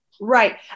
Right